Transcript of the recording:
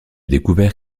découvert